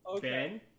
Ben